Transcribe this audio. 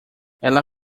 ela